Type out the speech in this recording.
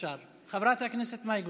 חברת הכנסת מאי גולן.